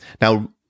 Now